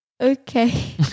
Okay